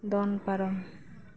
ᱫᱚᱱ ᱯᱟᱨᱚᱢ